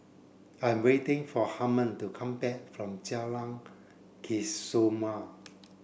I'm waiting for Harmon to come back from Jalan Kesoma